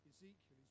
Ezekiel